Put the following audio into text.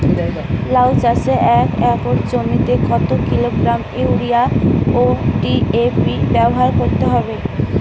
লাউ চাষে এক একর জমিতে কত কিলোগ্রাম ইউরিয়া ও ডি.এ.পি ব্যবহার করতে হবে?